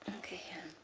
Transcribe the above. okay.